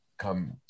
Come